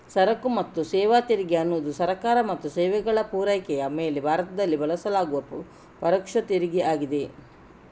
ಸರಕು ಮತ್ತು ಸೇವಾ ತೆರಿಗೆ ಅನ್ನುದು ಸರಕು ಮತ್ತು ಸೇವೆಗಳ ಪೂರೈಕೆಯ ಮೇಲೆ ಭಾರತದಲ್ಲಿ ಬಳಸಲಾಗುವ ಪರೋಕ್ಷ ತೆರಿಗೆ ಆಗಿದೆ